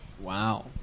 Wow